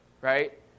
Right